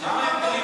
מה אמרת?